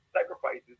sacrifices